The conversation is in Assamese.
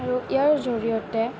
আৰু ইয়াৰ জৰিয়তে